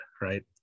right